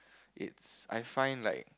it's I find like